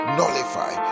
nullify